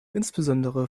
insbesondere